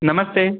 नमस्ते